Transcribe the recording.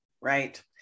Right